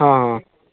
हँ हँ